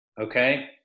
Okay